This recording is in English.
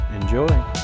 Enjoy